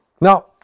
Now